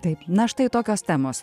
taip na štai tokios temos